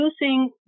using